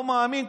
לא מאמין,